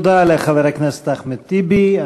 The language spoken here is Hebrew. תודה לחבר הכנסת אחמד טיבי.